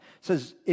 says